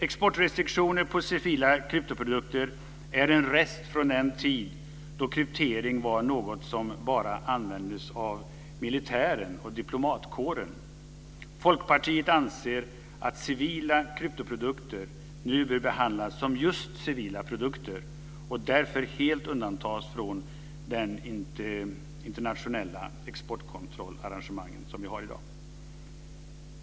Exportrestriktionerna på civila kryptoprodukter är en rest från den tid då kryptering var något som bara användes av militären och diplomatkåren. Folkpartiet anser att civila kryptoprodukter nu bör behandlas som just civila produkter och därför helt undantas från de internationella exportkontrollarrangemangen som vi har i dag.